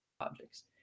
objects